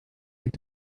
like